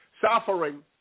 suffering